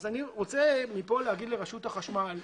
אז אני רוצה להגיד לרשות החשמל: